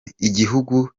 igihugu